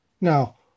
Now